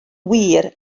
wir